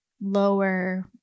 lower